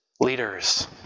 leaders